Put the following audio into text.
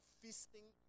feasting